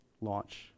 launch